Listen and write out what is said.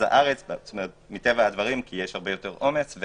הארץ כי יש הרבה יותר עומס.